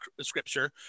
scripture